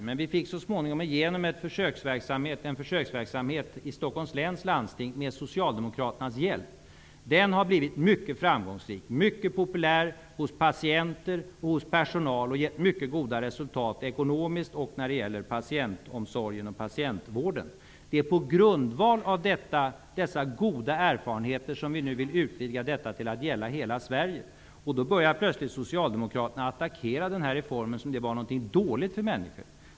Men vi fick så småningom, med Socialdemokraternas hjälp, igenom en försöksverksamhet i Stockholms läns landsting. Den har blivit mycket framgångsrik och mycket populär hos patienter och personal. Den har gett mycket goda ekonomiska resultat och goda resultat när det gäller patientomsorgen och patientvården. Det är på grundval av dessa goda erfarenheter som vi nu vill utvidga detta till att gälla hela Sverige. Då börjar plötsligt Socialdemokraterna attackera den här reformen som om den innebar någonting dåligt för människor.